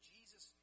Jesus